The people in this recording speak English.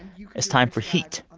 yeah it's time for heat,